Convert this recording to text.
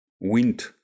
wind